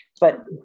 But-